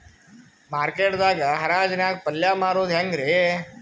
Market ದಾಗ್ ಹರಾಜ್ ನಾಗ್ ಪಲ್ಯ ಮಾರುದು ಹ್ಯಾಂಗ್ ರಿ?